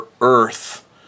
earth